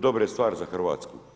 dobre stvari za Hrvatsku.